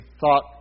thought